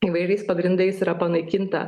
įvairiais pagrindais yra panaikinta